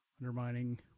undermining